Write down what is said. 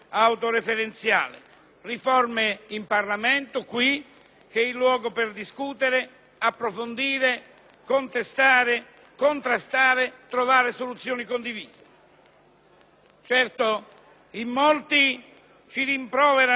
che è il luogo per discutere, approfondire, contestare, contrastare, trovare soluzioni condivise. Certo, in molti ci rimproverano perché ci sono altri problemi, altre priorità,